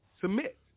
submit